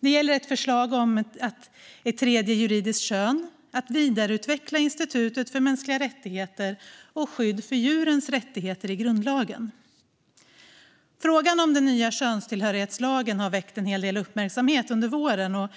Det gäller ett förslag om ett tredje juridiskt kön, vidareutveckling av Institutet för mänskliga rättigheter samt skydd för djurens rättigheter i grundlagen. Frågan om den nya könstillhörighetslagen har väckt en hel del uppmärksamhet under våren, och